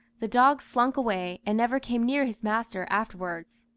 the dog slunk away, and never came near his master afterwards.